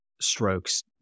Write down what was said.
strokes